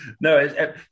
No